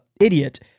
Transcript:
idiot